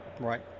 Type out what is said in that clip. Right